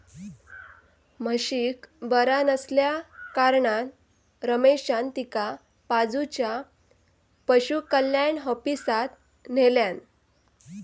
म्हशीक बरा नसल्याकारणान रमेशान तिका बाजूच्या पशुकल्याण ऑफिसात न्हेल्यान